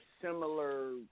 similar